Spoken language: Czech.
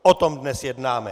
O tom dnes jednáme.